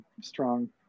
strong